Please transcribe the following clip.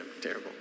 Terrible